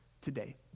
today